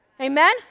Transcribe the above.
Amen